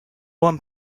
one